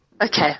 Okay